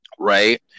right